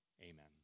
Amen